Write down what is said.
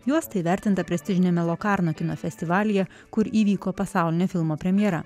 juosta įvertinta prestižiniame lokarno kino festivalyje kur įvyko pasaulinė filmo premjera